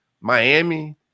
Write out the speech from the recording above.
Miami